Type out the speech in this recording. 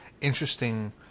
interesting